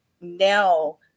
now